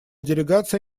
делегация